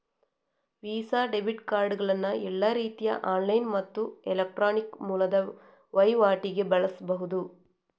visa debit ಕಾರ್ಡುಗಳನ್ನ ಎಲ್ಲಾ ರೀತಿಯ ಆನ್ಲೈನ್ ಮತ್ತು ಎಲೆಕ್ಟ್ರಾನಿಕ್ ಮೂಲದ ವೈವಾಟಿಗೆ ಬಳಸ್ಬಹುದು